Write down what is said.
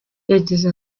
yagize